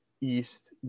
East